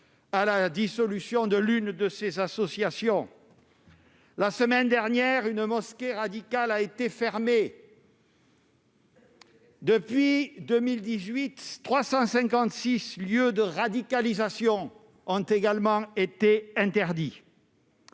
la dissolution de l'une de ces associations. Très bien ! La semaine dernière, une mosquée radicale a été fermée. Qu'elle le reste ! Depuis 2018, 356 lieux de radicalisation ont également été interdits.